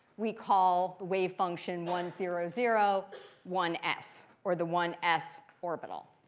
we call the wave function one, zero, zero one s, or the one s orbital.